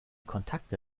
kontakte